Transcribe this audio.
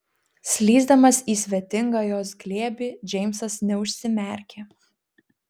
slysdamas į svetingą jos glėbį džeimsas neužsimerkė